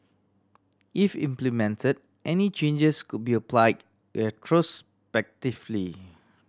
if implemented any changes could be applied retrospectively